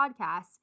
podcasts